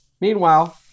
Meanwhile